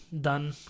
done